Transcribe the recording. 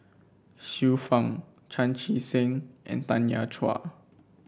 Xiu Fang Chan Chee Seng and Tanya Chua